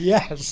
Yes